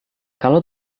kalau